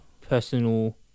personal